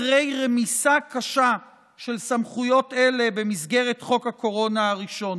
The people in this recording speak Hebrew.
אחרי רמיסה קשה של סמכויות אלה במסגרת חוק הקורונה הראשון.